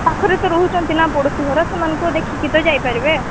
ପାଖରେ ତ ରହୁଛନ୍ତି ନା ପଡ଼ୋଶୀ ଘର ସେମାନଙ୍କୁ ଦେଖିକି ତ ଯାଇପାରିବେ